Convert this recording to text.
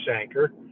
anchor